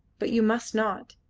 but you must not.